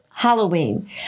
Halloween